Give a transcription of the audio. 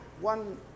One